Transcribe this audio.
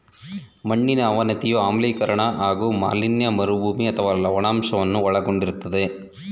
ಮಣ್ಣಿನ ಅವನತಿಯು ಆಮ್ಲೀಕರಣ ಹಾಗೂ ಮಾಲಿನ್ಯ ಮರುಭೂಮಿ ಅಥವಾ ಲವಣಾಂಶವನ್ನು ಒಳಗೊಂಡಿರ್ತದೆ